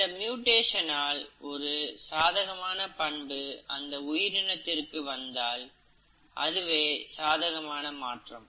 இந்த மியூட்டேஷன் ஆல் ஒரு சாதகமான பண்பு அந்த உயிரினத்திற்கு வந்தால் அதுவே சாதகமான மாற்றம்